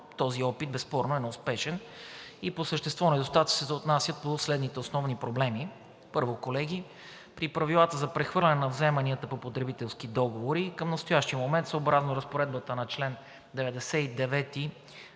този опит безспорно е неуспешен и по същество недостатъците се отнасят по следните основни проблеми: Първо, колеги, при правилата за прехвърляне на вземанията по потребителски договори към настоящия момент, съобразно разпоредбата на чл. 99,